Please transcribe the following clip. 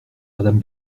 madame